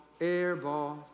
airball